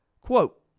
Quote